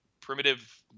primitive